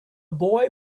boy